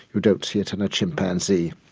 you don't see it in a chimpanzee.